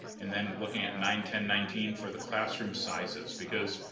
and then, looking at nine ten nineteen for the classroom sizes because,